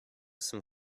some